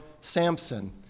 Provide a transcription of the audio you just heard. Samson